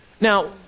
Now